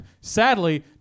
Sadly